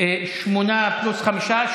שמונה פלוס חמישה.